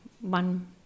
one